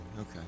okay